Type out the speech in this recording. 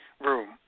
room